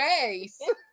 face